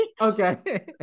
Okay